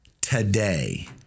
Today